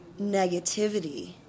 negativity